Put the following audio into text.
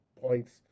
points